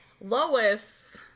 Lois